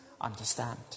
understand